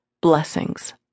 Blessings